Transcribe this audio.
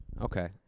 Okay